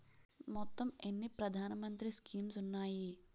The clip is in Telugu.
మొత్తం ఎన్ని ప్రధాన మంత్రి స్కీమ్స్ ఉన్నాయి?